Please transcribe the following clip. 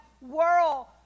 world